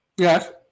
Yes